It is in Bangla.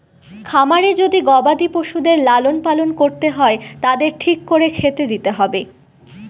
খামারে যদি গবাদি পশুদের লালন পালন করতে হয় তাদের ঠিক করে খেতে দিতে হবে